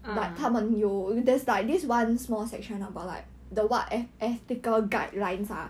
mm